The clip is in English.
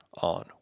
on